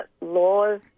laws